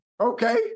okay